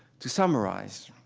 to summarize,